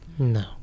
No